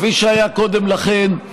כפי שהיה קודם לכן,